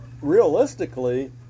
realistically